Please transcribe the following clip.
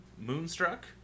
Moonstruck